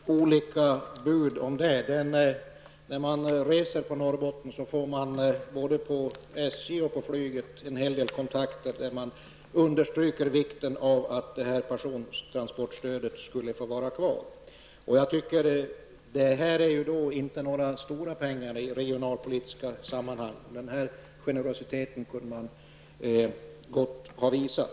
Herr talman! Det finns säkert olika bud om detta. Reser man i Norrland får man både på SJ och på flyget en hel del kontakter, som understryker vikten av att persontransportstödet får vara kvar. Det gäller inte några stora pengar i regionalpolitiska sammanhang. En större generositet kunde man gott ha visat.